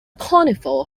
carnival